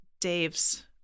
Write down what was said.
dave's